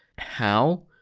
how?